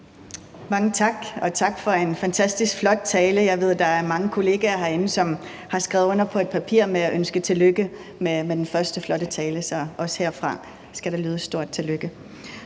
Mange tak. Og tak for en fantastisk flot tale. Jeg ved, der er mange kolleger herinde, som har skrevet under på et papir, hvor de ønsker tillykke med den første flotte tale. Så også herfra skal der lyde et stort tillykke.